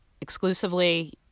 exclusively